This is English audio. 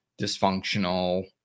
dysfunctional